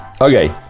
Okay